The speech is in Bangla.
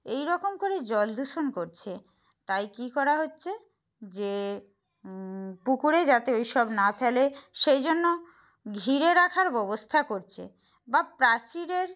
এই রকম করে জল দূষণ করছে তাই কী করা হচ্ছে যে পুকুরে যাতে ওই সব না ফেলে সেই জন্য ঘিরে রাখার ব্যবস্থা করছে বা প্রাচীরের